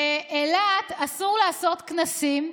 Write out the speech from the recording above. באילת אסור לעשות כנסים,